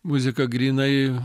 muzika grynai